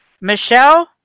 Michelle